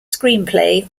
screenplay